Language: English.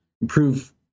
improve